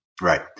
Right